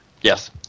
Yes